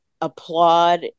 applaud